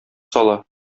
сала